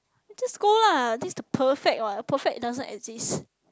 it just school lah this the perfect one perfect doesn't exist